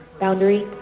Boundary